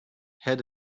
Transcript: had